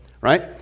right